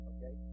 Okay